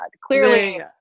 clearly